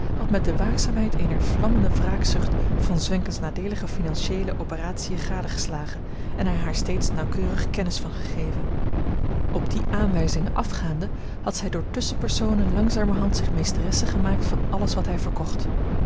had met de waakzaamheid eener vlammende wraakzucht von zwenken's nadeelige financiëele operatiën gadegeslagen en er haar steeds nauwkeurig kennis van gegeven op die aanwijzingen afgaande had zij door tusschenpersonen langzamerhand zich meesteresse gemaakt van alles wat hij verkocht